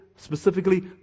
Specifically